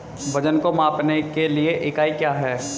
वजन को मापने के लिए इकाई क्या है?